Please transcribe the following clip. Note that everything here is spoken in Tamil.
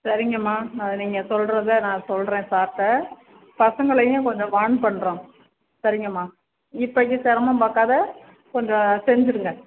சரிங்கம்மா அதை நீங்கள் சொல்றதை நான் சொல்கிறேன் சார்கிட்ட பசங்களையும் கொஞ்சம் வார்ன் பண்ணுறோம் சரிங்கம்மா இப்பதிக்கு சிரமோம் பார்க்காத கொஞ்ச செஞ்சிருங்க